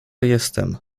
jestem